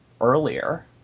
earlier